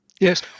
Yes